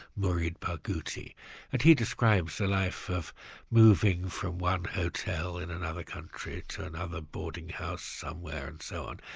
mourid barghouti and he describes the life of moving from one hotel in another country to another boarding house somewhere, and so on,